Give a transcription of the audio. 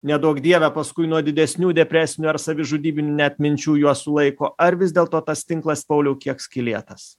neduok dieve paskui nuo didesnių depresinių ar savižudybinių net minčių juos sulaiko ar vis dėlto tas tinklas pauliau kiek skylėtas